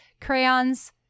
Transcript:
crayons